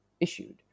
issued